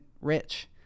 rich